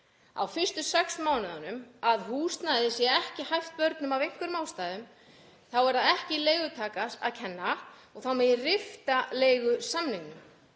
á fyrstu sex mánuðunum að húsnæðið sé ekki hæft börnum af einhverjum ástæðum þá sé það ekki leigutakanum kenna og þá megi rifta leigusamningnum.